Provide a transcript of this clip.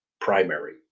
primary